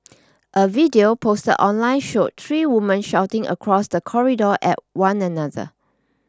a video posted online showed three women shouting across the corridor at one another